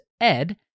ED